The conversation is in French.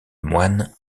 moines